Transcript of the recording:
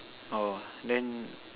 oh then